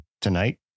tonight